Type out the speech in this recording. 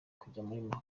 kujyanwa